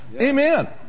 Amen